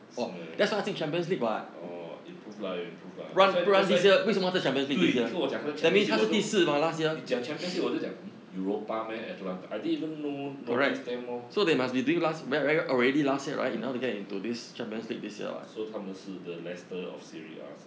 是 meh orh improve lah 有 improve lah that's why that's why 对你跟我讲他的 champions league 我都你讲 champions league 我就讲 hmm europa meh alant~ I didn't know notice them lor so 他们是 the laster of serie R 是吗